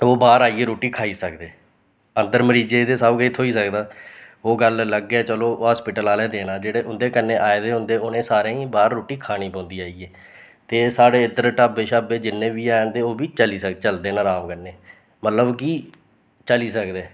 ओह् बाह्र आइयै रुट्टी खाई सकदे अंदर मरीज़ै गी ते सब किश थ्होई सकदा ओह् गल्ल अलग ऐ चलो हास्पिटल आह्ले देना जेह्ड़े उन्दै कन्नै आए दे होंदे उनें सारें गी बाह्र रुट्टी खानी पौंदी आइयै ते साढ़ै इद्धर ढाबे शाबे जिन्ने बी हैन ते ओह् बी चली सकदे चलदे न अराम कन्नै मतलब कि चली सकदे